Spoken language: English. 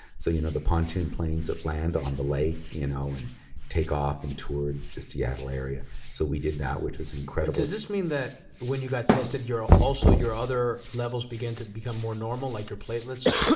so you know the pontoon planes that land on the lake you know and take off and tour the seattle area? so we did that, which was incredible. does this mean that when you got tested, ah also your other levels began to become more normal, like your platelets?